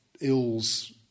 ills